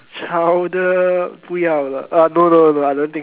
chowder 不要了 ah no no no I don't think